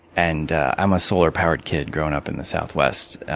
and i'm a solar powered kid growing up in the southwest.